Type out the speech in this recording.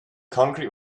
concrete